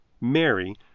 Mary